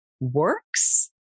works